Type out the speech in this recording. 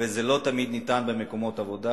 וזה לא תמיד ניתן במקומות עבודה.